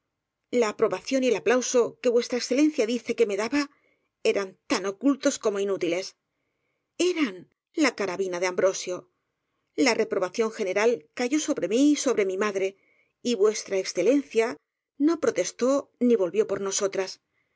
apro bación y el aplauso que v e dice que me daba eran tan ocultos como inútiles eran la carabina de ambrosio la reprobación general cayó sobre mí y sobre mi madre y v e no protestó ni volvió por nosotras